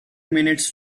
minutes